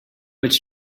its